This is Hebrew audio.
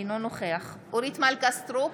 אינו נוכח אורית מלכה סטרוק,